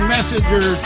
Messenger